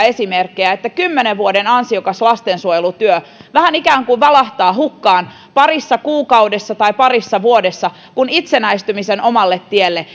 esimerkkejä että kymmenen vuoden ansiokas lastensuojelutyö ikään kuin vähän valahtaa hukkaan parissa kuukaudessa tai parissa vuodessa kun itsenäistymisen omalle tielle